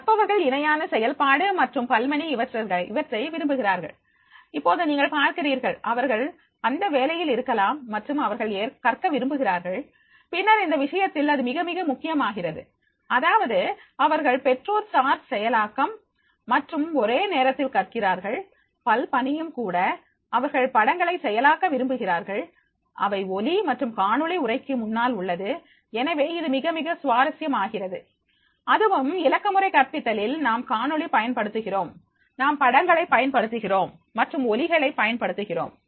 கற்பவர்கள் இணையான செயல்பாடு மற்றும் பல்பணி இவற்றை விரும்புகிறார்கள் இப்போது நீங்கள் பார்க்கிறீர்கள் அவர்கள் அந்த வேலையில் இருக்கலாம் மற்றும் அவர்கள் கற்க விரும்புகிறார்கள் பின்னர் அந்த விஷயத்தில் அது மிக மிக முக்கியமாகிறது அதாவது அவர்கள் பெற்றோர்சார் செயலாக்கம் மற்றும் ஒரே நேரத்தில் கற்கிறார்கள் பல் பணியும் கூட அவர்கள் படங்களை செயலாக்க விரும்புகிறார்கள் அவை ஒலி மற்றும் காணொளி உரைக்கு முன்னால் உள்ளது எனவே அது மிக மிக சுவாரஸ்யம் ஆகிறது அதுவும் இலக்கமுறை கற்பித்தலில் நாம் காணொளி பயன்படுத்துகிறோம் நாம் படங்களை பயன்படுத்துகிறோம் மற்றும் ஒலிகளை பயன்படுத்துகிறோம்